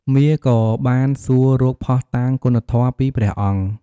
មារក៏បានសួររកភស្តុតាងគុណធម៌ពីព្រះអង្គ។